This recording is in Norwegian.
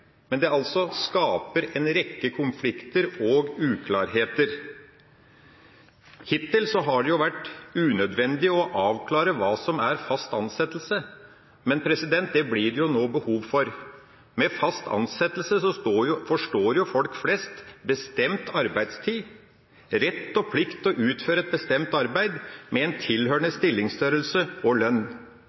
men det skaper altså en rekke konflikter og uklarheter. Hittil har det vært unødvendig å avklare hva som er fast ansettelse, men det blir det nå behov for. Med fast ansettelse forstår folk flest bestemt arbeidstid, rett og plikt til å utføre et bestemt arbeid med en tilhørende stillingsstørrelse og lønn.